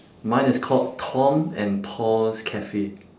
mine is called tom and paul's cafe